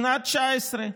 בשנת 2019,